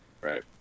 Right